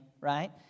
right